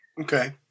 okay